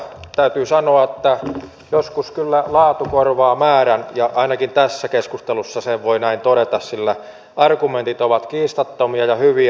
täytyy sanoa että joskus kyllä laatu korvaa määrän ja ainakin tässä keskustelussa sen voi näin todeta sillä argumentit ovat kiistattomia ja hyviä